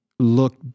look